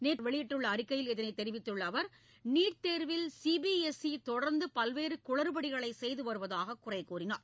நேற்று வெளியிட்டுள்ள அறிக்கையில் இதனை தெரிவித்துள்ள அவர் நீட் தேர்வில் சி பி எஸ் ஈ தொடர்ந்து பல்வேறு குளறுபடிகளை செய்து வருவதாக குறைகூறினார்